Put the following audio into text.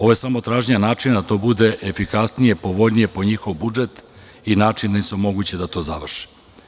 Ovo je samo traženje načina da to bude efikasnije, povoljnije po njihov budžet i način da im se omogući da to završe.